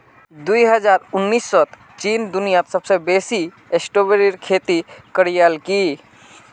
दो हजार उन्नीसत चीन दुनियात सबसे बेसी स्ट्रॉबेरीर खेती करयालकी